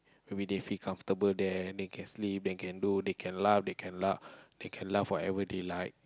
everyday feel comfortable there they can sleep they can do they can laugh they can laugh forever they like